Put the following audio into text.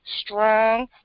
strong